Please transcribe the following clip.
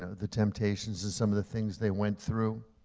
the temptations and some of the things they went through.